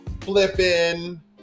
flipping